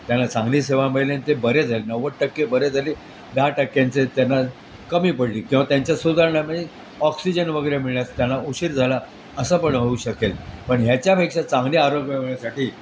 त्यांना चांगली सेवा मिळेली आणि ते बरे झाले नव्वद टक्के बरे झाले दहा टक्क्यांचे त्यांना कमी पडली किंवा त्यांच्या सुधारण्या म्हणजे ऑक्सिजन वगैरे मिळण्यास त्यांना उशीर झाला असं पण होऊ शकेल पण ह्याच्यापेक्षा चांगले आरोग्य मिळण्यासाठी